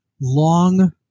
long